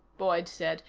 boyd said.